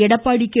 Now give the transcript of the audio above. Edappadi K